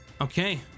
Okay